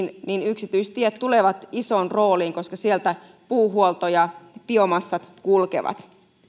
yksityistiet tulevat isoon rooliin koska niillä puuhuolto ja biomassat kulkevat